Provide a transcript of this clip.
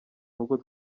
nkuko